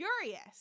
furious